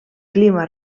clima